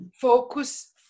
focus